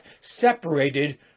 separated